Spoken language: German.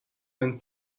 ein